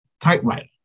typewriter